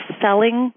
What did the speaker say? selling